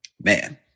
man